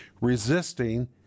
Resisting